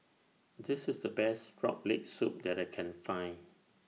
This IS The Best Frog Leg Soup that I Can Find